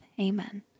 Amen